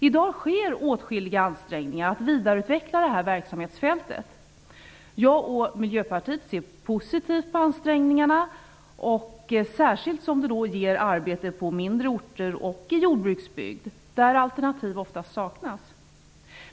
I dag görs åtskilliga ansträngningar för att vidareutveckla detta verksamhetsfält. Jag och Miljöpartiet ser positivt på ansträngningarna, särskilt som det ger arbete på mindre orter och i jordbruksbygd, där alternativ ofta saknas.